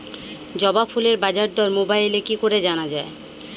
জবা ফুলের বাজার দর মোবাইলে কি করে জানা যায়?